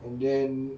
and then